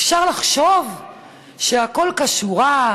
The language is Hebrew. אפשר לחשוב שהכול כשורה,